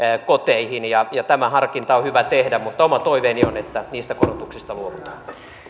koteihin tämä harkinta on hyvä tehdä mutta oma toiveeni on että niistä korotuksista luovutaan